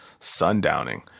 sundowning